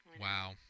Wow